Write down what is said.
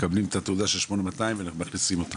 מקבלים את התעודה של 8200 ומכניסים אותם.